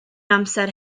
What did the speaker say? amser